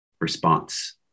response